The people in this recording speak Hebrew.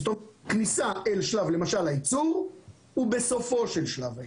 כלומר, כניסה אל שלב הייצור ובסופו של שלב הייצור.